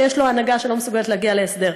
שיש לו הנהגה שלא מסוגלת להגיע להסדר,